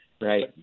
Right